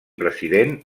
president